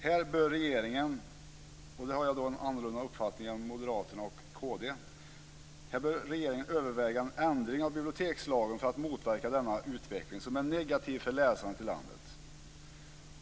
Här bör regeringen - och här har jag en annorlunda uppfattning än Moderaterna och Kristdemokraterna - överväga en ändring av bibliotekslagen för att motverka denna utveckling som är negativ för läsandet i landet.